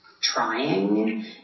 trying